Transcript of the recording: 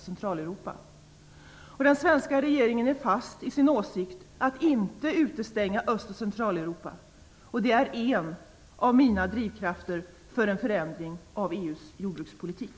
Den svenska regeringen är fast i sin åsikt att inte utestänga Öst och Centraleuropa, och det är en av mina drivkrafter för en förändring av EU:s jordbrukspolitik.